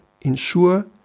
ensure